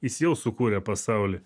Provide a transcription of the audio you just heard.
jis jau sukūrė pasaulį